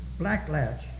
Blacklatch